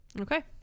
Okay